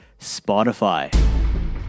Spotify